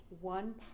one